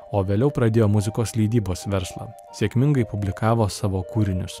o vėliau pradėjo muzikos leidybos verslą sėkmingai publikavo savo kūrinius